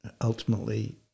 Ultimately